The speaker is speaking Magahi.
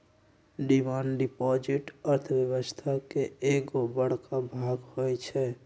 डिमांड डिपॉजिट अर्थव्यवस्था के एगो बड़का भाग होई छै